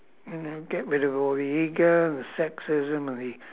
and get rid of all the ego the sexism and the